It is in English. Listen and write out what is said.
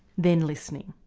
then listening.